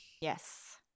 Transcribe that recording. yes